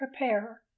prepare